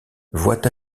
voient